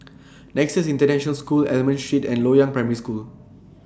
Nexus International School Almond Street and Loyang Primary School